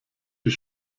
die